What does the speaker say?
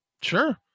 Sure